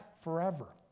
forever